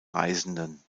reisenden